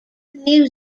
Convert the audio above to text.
new